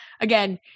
again